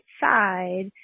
side